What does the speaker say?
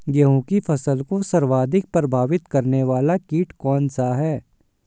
गेहूँ की फसल को सर्वाधिक प्रभावित करने वाला कीट कौनसा है?